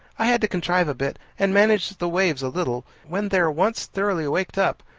i had to contrive a bit, and manage the waves a little. when they're once thoroughly waked up,